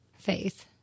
faith